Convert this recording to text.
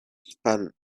spun